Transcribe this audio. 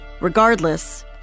Regardless